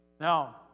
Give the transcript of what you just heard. Now